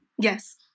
yes